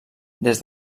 des